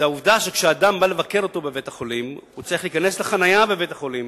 האדם שבא לבקר אותו בבית-החולים צריך להיכנס לחנייה בבית-החולים,